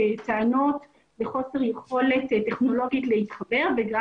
בטענות לחוסר יכולת טכנולוגית להתחבר וגם